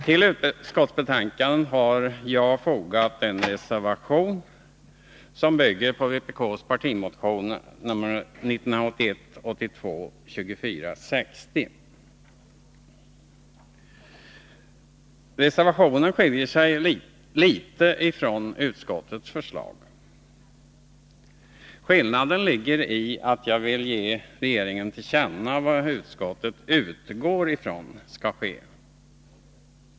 Till utskottsbetänkandet har jag fogat en reservation, som bygger på vpk:s partimotion 1981/82:2460. Reservationen skiljer sig endast litet från utskottets förslag. Skillnaden ligger i att jag vill att riksdagen skall ge regeringen till känna vad utskottet utgår ifrån skall ske.